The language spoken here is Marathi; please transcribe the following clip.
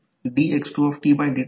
तर ते j M i2 आणि j M i1 असेल